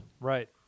Right